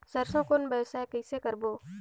सरसो कौन व्यवसाय कइसे करबो?